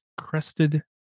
crested